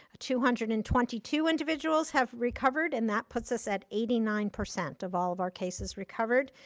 two hundred and twenty two individuals have recovered and that puts us at eighty nine percent of all of our cases recovered.